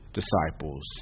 disciples